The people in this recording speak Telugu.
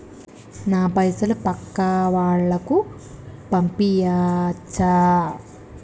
నా పైసలు పక్కా వాళ్ళకు పంపియాచ్చా?